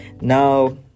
now